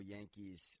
Yankees